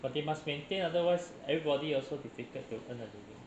but they must maintain otherwise everybody also difficult to earn a living